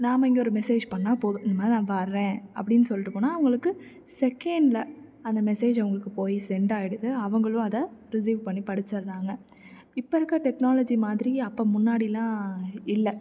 நாம் இங்கே ஒரு மெசேஜ் பண்ணால் போதும் இந்த மாதிரி நான் வர்றேன் அப்படின்னு சொல்லிட்டுப் போனால் அவங்களுக்கு செகண்டுல அந்த மெசேஜ் அவங்களுக்குப் போய் சென்ட் ஆகிடுது அவங்களும் அதை ரிசீவ் பண்ணி படிச்சிர்றாங்க இப்போ இருக்க டெக்னாலஜி மாதிரி அப்போ முன்னாடில்லாம் இல்லை